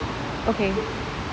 okay